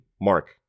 Mark